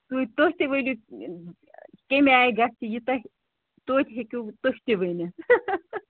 سُے تُہۍ تہِ ؤنِو کَمہِ آیہِ گَژھِ یہِ تۄہہِ تویتہِ ہیٚکِو تُہۍ تہِ ؤنِتھ